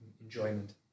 enjoyment